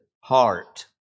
heart